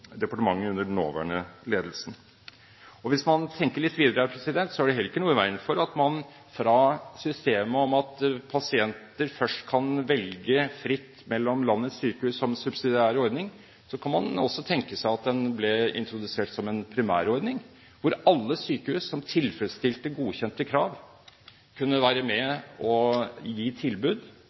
veien for at fra systemet med at pasienter først kan velge fritt mellom landets sykehus som subsidiær ordning, kan man også tenke seg at den ble introdusert som en primærordning – en ordning der alle sykehus som tilfredsstilte godkjente krav, kunne være med og gi tilbud